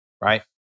right